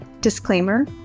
Disclaimer